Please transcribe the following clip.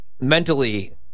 mentally